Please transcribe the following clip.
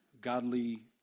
godly